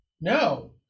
No